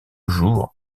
jours